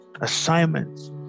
assignments